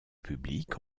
public